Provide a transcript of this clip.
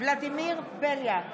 ולדימיר בליאק,